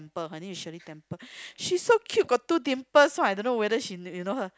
her name is Shirley-Temple she so cute got two dimple so I don't know whether she you know her